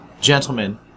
gentlemen